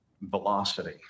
velocity